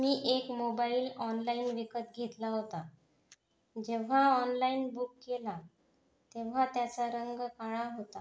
मी एक mobile online विकत घेतला होता जेव्हा ऑनलाईन बुक केला तेव्हा त्याचा रंग काळा होता